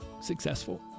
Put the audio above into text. successful